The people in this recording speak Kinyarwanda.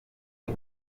iyi